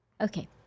Okay